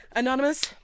Anonymous